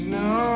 no